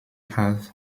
have